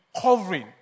covering